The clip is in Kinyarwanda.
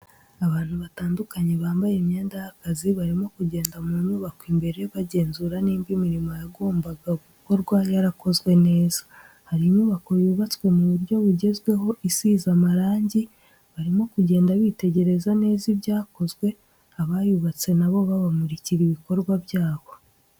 Abantu batandukanye bambaye imyenda y'akazi, barimo kugenda mu nyubako imbere bagenzura niba imirimo yagombaga gukorwa yarakozwe neza, hari inyubako yubatswe mu buryo bugezweho isize amarangi, barimo kugenda bitegereza neza ibyakozwe, abayubatse nabo babamurikira ibikorwa byabo.